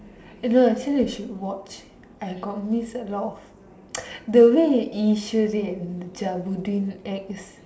eh no actually you should watch I got miss a lot of the the way Eswari and Jabuddin acts